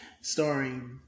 starring